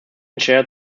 chaired